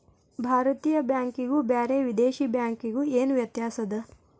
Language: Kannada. ಭಾರತೇಯ ಬ್ಯಾಂಕಿಗು ಬ್ಯಾರೆ ವಿದೇಶಿ ಬ್ಯಾಂಕಿಗು ಏನ ವ್ಯತ್ಯಾಸದ?